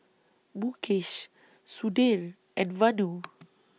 Mukesh Sudhir and Vanu